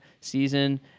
season